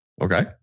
Okay